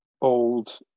old